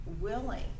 willing